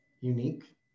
unique